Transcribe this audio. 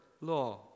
law